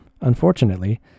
Unfortunately